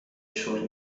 شور